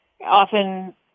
often